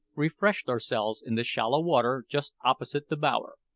refreshed ourselves in the shallow water just opposite the bower.